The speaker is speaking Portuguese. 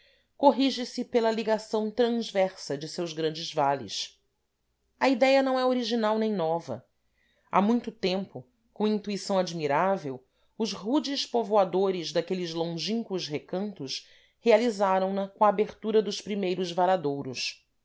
corrige se pela ligação transversa de seus grandes vales a idéia não é original nem nova há muito tempo com intuição admirável os rudes povoadores daqueles longínquos recantos realizaram na com a abertura dos primeiros varadouros